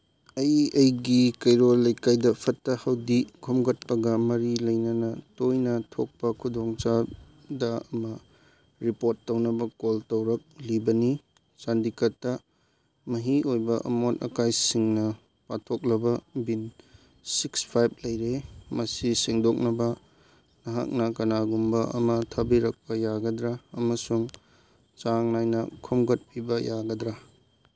ꯑꯩ ꯑꯩꯒꯤ ꯀꯩꯔꯣꯜ ꯂꯩꯀꯥꯏꯗ ꯐꯠꯇ ꯍꯥꯎꯗꯤ ꯈꯣꯝꯒꯠꯄꯒ ꯃꯔꯤ ꯂꯩꯅꯅ ꯇꯣꯏꯅ ꯊꯣꯛꯄ ꯈꯨꯗꯣꯡꯆꯥꯗ ꯑꯃ ꯔꯤꯄꯣꯔꯠ ꯇꯧꯅꯕ ꯀꯣꯜ ꯇꯧꯛꯂꯤꯕꯅꯤ ꯆꯥꯟꯗꯤꯒꯔꯗ ꯃꯍꯤ ꯑꯣꯏꯕ ꯑꯃꯣꯠ ꯑꯀꯥꯏꯁꯤꯡꯅ ꯄꯥꯊꯣꯛꯂꯕ ꯕꯤꯟ ꯁꯤꯛꯁ ꯐꯥꯏꯚ ꯂꯩꯔꯦ ꯃꯁꯤ ꯁꯦꯡꯗꯣꯛꯅꯕ ꯅꯍꯥꯛꯅ ꯀꯅꯥꯒꯨꯝꯕ ꯑꯃ ꯊꯥꯕꯤꯔꯛꯄ ꯌꯥꯒꯗ꯭ꯔꯥ ꯑꯃꯁꯨꯡ ꯆꯥꯡ ꯅꯥꯏꯅ ꯈꯣꯝꯒꯠꯄꯤꯕ ꯌꯥꯒꯗ꯭ꯔꯥ